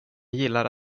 gillar